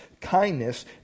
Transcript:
kindness